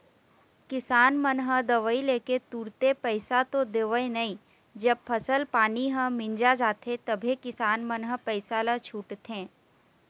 किसान मन ह दवई लेके तुरते पइसा तो देवय नई जब फसल पानी ह मिंजा जाथे तभे किसान मन ह पइसा ल छूटथे